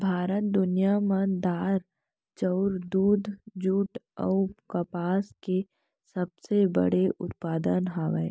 भारत दुनिया मा दार, चाउर, दूध, जुट अऊ कपास के सबसे बड़े उत्पादक हवे